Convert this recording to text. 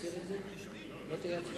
שנית, אני הזדהיתי עם הרוב